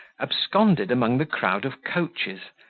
absconded among the crowd of coaches,